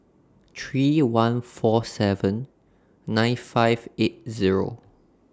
three one four seven nine five eight Zero